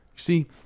see